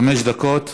חמש דקות.